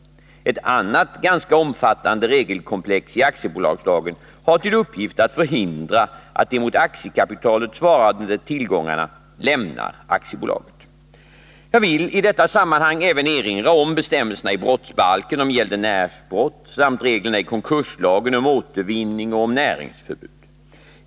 Ett annat ganska omfattande regelkomplex i aktiebolagslagen har till uppgift att förhindra att de mot aktiekapitalet svarande tillgångarna lämnar aktiebolaget. Jag vill i detta sammanhang även erinra om bestämmelserna i brottsbalken om gäldenärsbrott samt reglerna i konkurslagen om återvinning och om näringsförbud.